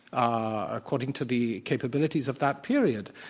ah according to the capabilities of that period.